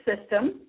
system